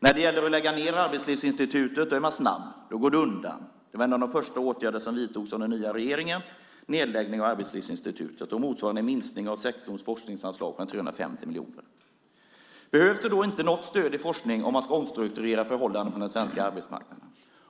När det gällde att lägga ned Arbetslivsinstitutet var man snabb. Då gick det undan. Nedläggningen av Arbetslivsinstitutet var en av de första åtgärderna som vidtogs av den nya regeringen. Det motsvarade en minskning av sektorns forskningsanslag med 350 miljoner kronor. Behövs det inte något stöd i forskning om man ska omstrukturera förhållandena på den svenska arbetsmarknaden?